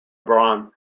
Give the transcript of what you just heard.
braun